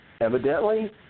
Evidently